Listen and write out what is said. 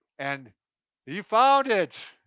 and you found it!